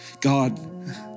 God